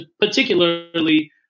particularly